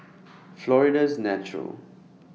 Florida's Natural